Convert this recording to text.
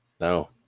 No